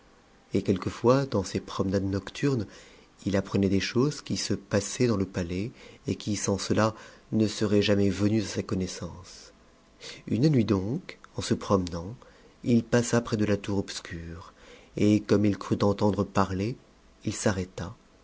et quelquefois dans ses promenades nocturnes il apprenait des choses qui se passaient dans le palais et qui sans cela ne seraient jamais venues à sa connaissance une nuit donc en se promenant il passa près de la tour obscure èt comme il crut entendre parler il s'arrêta